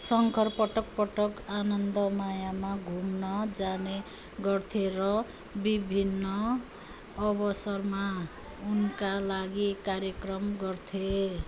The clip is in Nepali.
शङ्कर पटक पटक आनन्दमायामा घुम्न जाने गर्थे र विभिन्न अवसरमा उनका लागि कार्यक्रम गर्थे